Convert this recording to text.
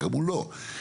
אמרו לא,